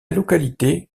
localité